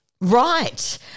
Right